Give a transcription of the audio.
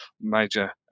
major